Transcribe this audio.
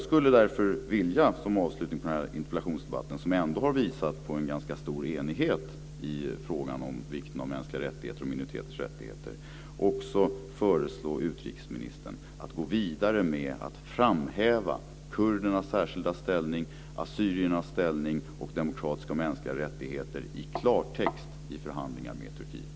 Som avslutning på den här interpellationsdebatten, som ändå har visat på en ganska stor enighet i frågan om vikten av mänskliga rättigheter och minoriteters rättigheter, skulle jag vilja förslå utrikesministern att gå vidare med att framhäva kurdernas särskilda ställning, assyriernas ställning och demokratiska och mänskliga rättigheter i klartext i förhandlingar med Turkiet.